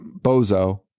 Bozo